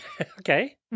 Okay